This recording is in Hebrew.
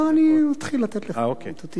אני מתחיל לתת לך איתותים.